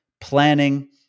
planning